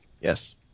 Yes